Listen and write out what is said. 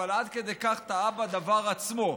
אבל עד כדי כך טעה בדבר עצמו.